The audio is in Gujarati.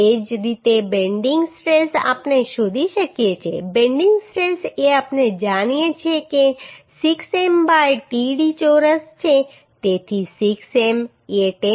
એ જ રીતે બેન્ડિંગ સ્ટ્રેસ આપણે શોધી શકીએ છીએ બેન્ડિંગ સ્ટ્રેસ એ આપણે જાણીએ છીએ કે 6 M બાય td ચોરસ છે તેથી 6 M એ 10